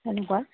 তেনেকোৱা